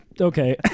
Okay